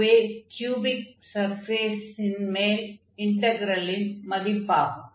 அதுவே க்யூபிக் சர்ஃபேஸின் மேல் இன்டக்ரெலின் மதிப்பாகும்